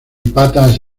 patas